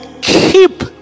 keep